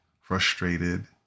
frustrated